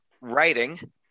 writing